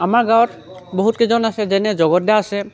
আমাৰ গাঁৱত বহুতকেইজন আছে যেনে জগতদা আছে